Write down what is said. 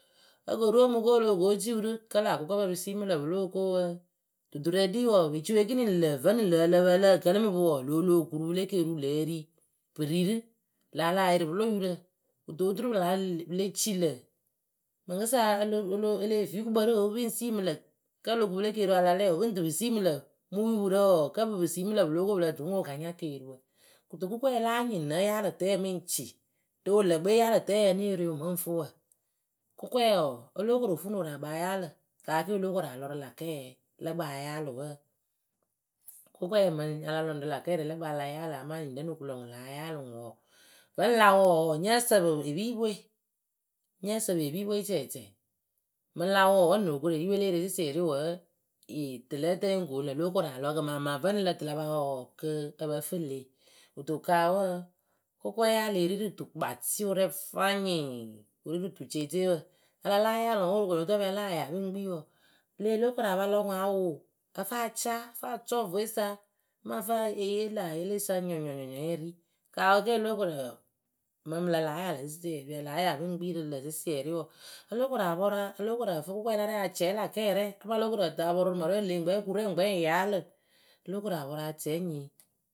okoru omɨ ko oloko ciwɨrɨ kǝ láa kʊkɔpǝ pɨ siimɨ lǝ pɨlo koo wǝǝ Duturǝ ɖi wɔɔ ŋlǝ vǝnɨŋ lǝ ǝlǝpǝ ǝlǝ kǝlɨ mɨ pɨ wɔɔ lolo kupɨ le keriwu lǝ ri pɨri rɨ lala yɩrɩ pɨlo yurǝ Do oturu pɨ la nyɩŋ pɨ le ci lǝ mɨŋkɨsa ǝlo olo e lée fi gukpǝ roo pɨŋ si mɨ lǝ kǝ olokupɨ le keriwu alalɛ wɔɔ pɨŋ tɨ pɨ si mɨ lǝ mɨ yupurǝ wɔɔ kǝ bɨ pɨ tɨ pɨ simǝ lǝ pɨ lóo ko wɔɔ pɨ lɨ tɨ pɨŋ ko pɨ ka nya keriwu kɨto kʊkɔɛ láa nyɩŋ na yaalɨ tɛ mɨŋ ci rɨ wɨlǝkpɨwe yaalɨ tǝɛ née re ŋwɨ mɨŋ fɨ wǝ. Kʊkɔɛ wɔɔ olokoro fuu ŋwɨ rɨ wɨraakpǝ a yaalɨ kaake olokora lɔ rɨ lakɛɛ lɨkpǝŋ a yaalɨ wǝǝ. Kʊkɔɛ mɨŋ ala lɔ ŋwɨ rɨ lakɛrɛŋ lǝ kpǝŋ ala yaalɨ amaa nyirɛŋ nokulǝ ŋwɨ la ayaalɨ ŋwɨ wɔɔ vǝŋ la wɔ wɔɔ nyǝ sǝpɨ epiipɨwe nyǝ sǝpɨ epiipɨwe cɛɛcɛ mɨŋ la wɔ wɨ nokoru eppipɨwe le re sɩsɩɛrɩ wǝ tɨlǝǝtǝye ŋ konnu lǝ lokora lɔ kɨmaama vǝnɨŋ lǝ tɨla pa wɔ wɔɔ kǝ pɨ fɨ le. Kʊkɔ yaalɩ ri rɨ tukpatɩwɨrɛ fanyɩŋ wɨ ri rɨ tu ceeceewǝ. A la láa yaalɨ ŋwɨ wǝ worokoe no toŋ wǝ ya pɨla ya pɨŋ kpii wɔɔ le olokora pa lɔ ŋwɨ awʊ ǝfaca fa sɔ vue sa amaa fɨ eyee la ayɩlɩsa nyɔnyɔnyɔ eri kawǝ ke olǝkǝrǝ mɨŋ pɨla la ya lǝ sɩsɩɛrɩ ya pɨla ya pɨŋ kpii rɨ lǝ sɩsɩɛrɩ wɔɔ olokora pɔra olokorǝ fɨ kʊkɔɛ la rɛ acɛɛ la kɛrɛŋ amaa olotokoru apɔrʊ rɨ mǝrɨwe leŋkpɛ o ku rɛŋ ŋ yaalɨ olokora pɔrʊ a cɛɛ nyi.